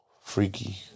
freaky